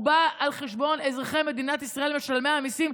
הוא בא על חשבון אזרחי מדינת ישראל משלמי המיסים,